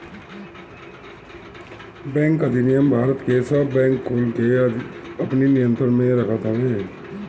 bank अधिनियम भारत के सब बैंक कुल के अपनी नियंत्रण में रखत हवे